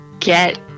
Get